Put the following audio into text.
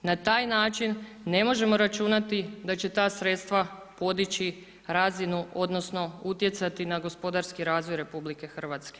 Na taj način ne možemo računati da će ta sredstva podići razinu odnosno utjecati na gospodarski razvoj RH.